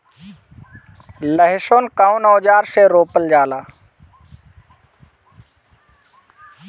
लहसुन कउन औजार से रोपल जाला?